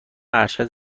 ارشد